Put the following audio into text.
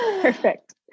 Perfect